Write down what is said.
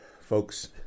Folks